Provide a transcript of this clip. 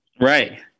Right